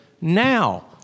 now